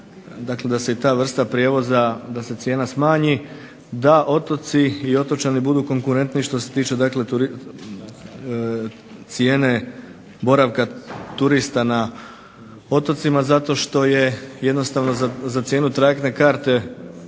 dakle da se i ta vrsta prijevoza da se cijena smanji da otoci i otočani budu konkurentniji što se tiče dakle cijene boravka turista na otocima. Zato što je jednostavno za cijenu trajektne karte